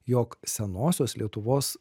jog senosios lietuvos